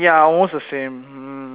ya almost the same mm